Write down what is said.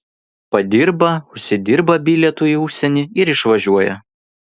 padirba užsidirba bilietui į užsienį ir išvažiuoja